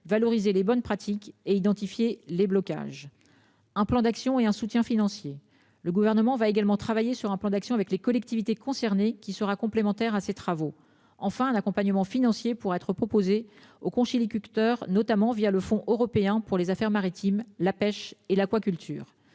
valoriser les bonnes pratiques et identifier les blocages un plan d'action est un soutien financier. Le gouvernement va également travailler sur un plan d'action avec les collectivités concernées qui sera complémentaire à ces travaux. Enfin un accompagnement financier pour être proposées aux conchyliculteurs notamment via le fonds européen pour les Affaires maritimes, la pêche et l'aquaculture